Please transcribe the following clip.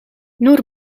nur